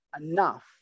enough